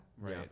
Right